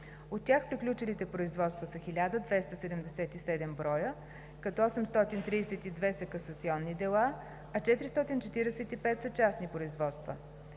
От тях приключилите производства са 1277 броя, като 832 са касационни дела, а 445 са частни производства.